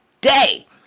day